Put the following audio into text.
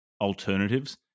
alternatives